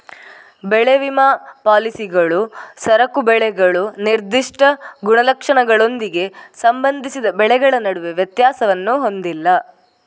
ಬೆಳೆ ವಿಮಾ ಪಾಲಿಸಿಗಳು ಸರಕು ಬೆಳೆಗಳು ನಿರ್ದಿಷ್ಟ ಗುಣಲಕ್ಷಣಗಳೊಂದಿಗೆ ಸಂಬಂಧಿಸಿದ ಬೆಳೆಗಳ ನಡುವೆ ವ್ಯತ್ಯಾಸವನ್ನು ಹೊಂದಿಲ್ಲ